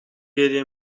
گریه